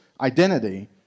identity